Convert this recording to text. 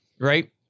right